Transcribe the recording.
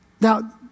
Now